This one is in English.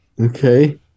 Okay